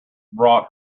brought